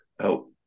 help